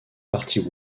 partie